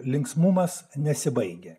linksmumas nesibaigia